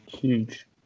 Huge